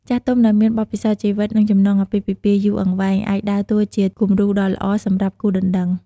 ចាស់ទុំដែលមានបទពិសោធន៍ជីវិត និងចំណងអាពាហ៍ពិពាហ៍យូរអង្វែង អាចដើរតួជា គំរូដ៏ល្អ សម្រាប់គូដណ្ដឹង។